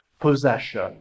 possession